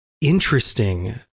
Interesting